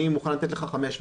אני מוכן לתת לך 500?